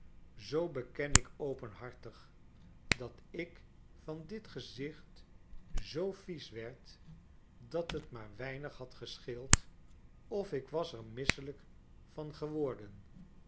zoo beken ik openhartig dat ik van dit gezicht zoo vies werd dat het maar weinighadgescheeld of ik was er misselijk van geworden